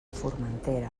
formentera